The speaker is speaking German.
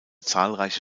zahlreiche